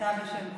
בשם כולם.